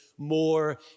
more